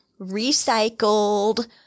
recycled